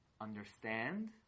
understand